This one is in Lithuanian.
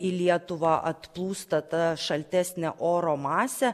į lietuvą atplūsta ta šaltesnė oro masė